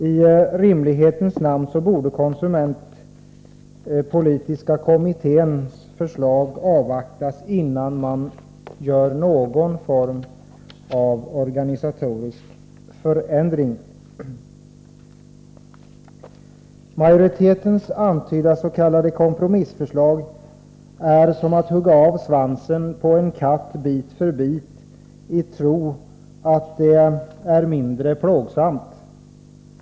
I rimlighetens namn borde konsumentpolitiska kommitténs förslag avvaktas innan man gör någon form av organisatorisk förändring. Majoritetens antydda s.k. kompromissförslag är som att hugga av svansen på en katt bit för bit i tron att det är mindre plågsamt.